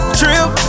trip